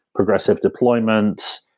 progressive deployment,